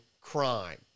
crime